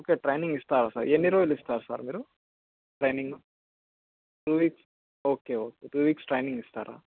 okay training ఇస్తారా sir ఎన్ని రోజులు ఇస్తారు సార్ మీరు training two weeks okay okay two weeks training ఇస్తారా